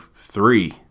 three